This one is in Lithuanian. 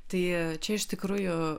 tai čia iš tikrųjų